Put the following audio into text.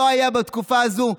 לא היה בתקופה הזו,